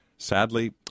Sadly